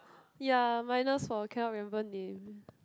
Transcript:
ya minus for cannot remember name